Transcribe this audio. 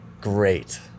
Great